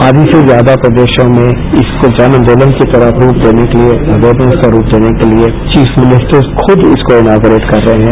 आधी से ज्यादा प्रदेशों में इसको जन आंदोलन की तरह रूप देने के लिए अवेयरनेस का रूप देने के लिए चीफ मिनिस्टर्स खुद इसको इनोगरेट कर रहे हैं